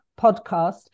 podcast